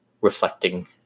reflecting